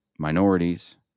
Minorities